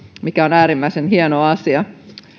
mikä on äärimmäisen hieno asia